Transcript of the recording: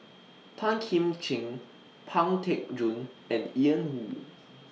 Tan Kim Ching Pang Teck Joon and Ian Woo